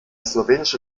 slowenische